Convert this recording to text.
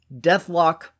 Deathlock